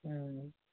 ம்